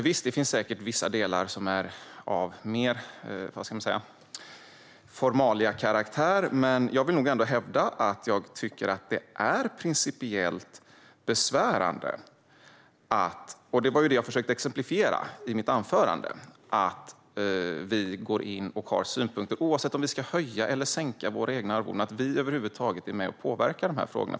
Visst, det finns säkert vissa delar som är av mer formaliakaraktär, men jag vill ändå hävda att det, som jag försökte exemplifiera i mitt anförande, är principiellt besvärande att vi går in och har synpunkter, oavsett om vi ska höja eller sänka våra egna arvoden, och att vi över huvud taget är med och påverkar dessa frågor.